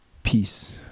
Peace